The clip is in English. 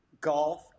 golf